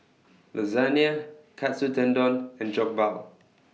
Lasagne Katsu Tendon and Jokbal